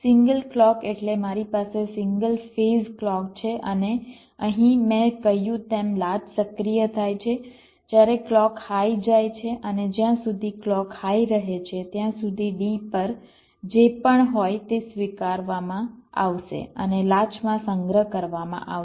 single clock એટલે મારી પાસે સિંગલ ફેઝ ક્લૉક છે અને અહીં મેં કહ્યું તેમ લાચ સક્રિય થાય છે જ્યારે ક્લૉક હાઈ જાય છે અને જ્યાં સુધી ક્લૉક હાઈ રહે છે ત્યાં સુધી D પર જે પણ હોય તે સ્વીકારવામાં આવશે અને લાચમાં સંગ્રહ કરવામાં આવશે